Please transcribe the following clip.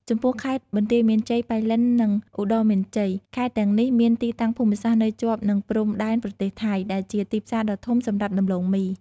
ចំពោះខេត្តបន្ទាយមានជ័យ ប៉ៃលិន និងឧត្តរមានជ័យ ខេត្តទាំងនេះមានទីតាំងភូមិសាស្ត្រនៅជាប់នឹងព្រំដែនប្រទេសថៃ ដែលជាទីផ្សារដ៏ធំសម្រាប់ដំឡូងមី។